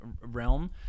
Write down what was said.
realm